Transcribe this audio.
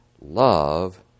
love